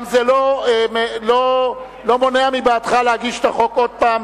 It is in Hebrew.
זה גם לא מונע מבעדך להגיש את החוק עוד פעם,